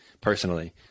personally